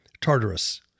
Tartarus